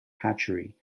hatchery